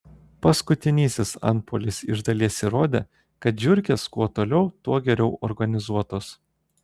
paskutinysis antpuolis iš dalies įrodė kad žiurkės kuo toliau tuo geriau organizuotos